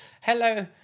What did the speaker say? hello